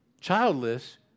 childless